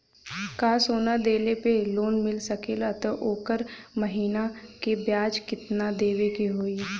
का सोना देले पे लोन मिल सकेला त ओकर महीना के ब्याज कितनादेवे के होई?